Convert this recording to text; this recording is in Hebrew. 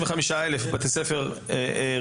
מתוכם 55 אלף בבתי ספר רשמיים,